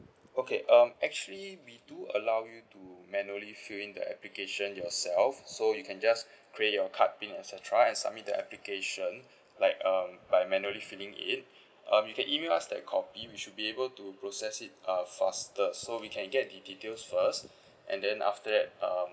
okay um actually we do allow you to manually fill in the application yourself so you can just create your card pin et cetera and submit the application like um by manually filling it um you can email us the copy we should be able to process it uh faster so we can get the details first and then after that um